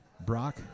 brock